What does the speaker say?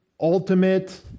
ultimate